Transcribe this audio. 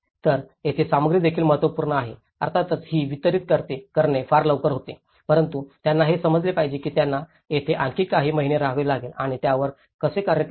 तर येथेच सामग्री देखील महत्त्वपूर्ण आहे अर्थातच ही वितरित करणे फार लवकर होते परंतु त्यांना हे समजले पाहिजे की त्यांना येथे आणखी काही महिने रहावे लागेल आणि त्यावर कसे कार्य करावे